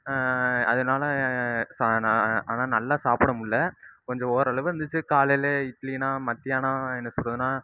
அதனால சா நான் ஆனால் நல்லா சாப்பிட முடியல கொஞ்சம் ஓரளவு இருந்துச்சு காலையில இட்லினா மத்தியானம் என்ன சொல்கிறதுனா